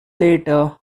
later